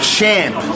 champ